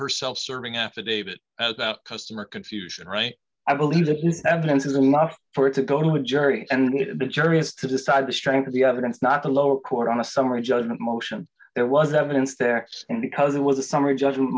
her self serving affidavit about customer confusion right i believe that this evidence isn't enough for it to go to the jury and the jury has to decide the strength of the evidence not the lower court on a summary judgment motion there was evidence they act in because it was a summary judgment